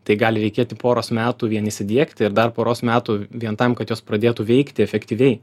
tai gali reikėti poros metų vien įsidiegti ir dar poros metų vien tam kad jos pradėtų veikti efektyviai